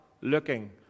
looking